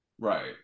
Right